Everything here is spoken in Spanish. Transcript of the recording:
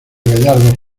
gallardos